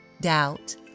doubt